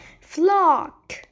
flock